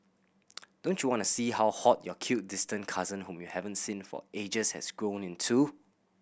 don't you wanna see how hot your cute distant cousin whom you haven't seen for ages has grown into